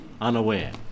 unaware